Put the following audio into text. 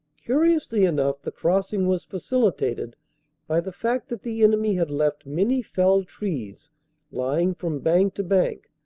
curiously enough the crossing was facilitated by the fact that the enemy had left many felled trees lying from bank to bank,